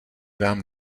vám